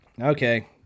Okay